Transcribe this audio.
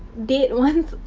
dead ones,